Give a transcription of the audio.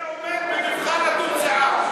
זה עומד במבחן התוצאה.